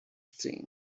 thing